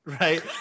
right